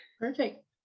Perfect